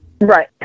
Right